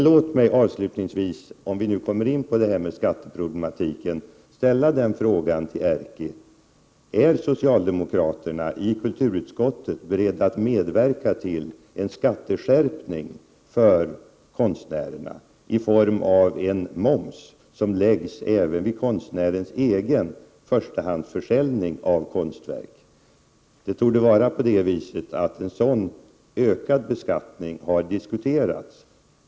Låt mig avslutningsvis, om vi nu kommer in på skatteproblematiken, fråga Erkki Tammenoksa: Är socialdemokraterna i kulturutskottet beredda att medverka till en skatteskärpning för konstnärer i form av moms även på konstnärens egen förstahandsförsäljning av konstverk? En sådan ökning av beskattningen torde ha diskuterats.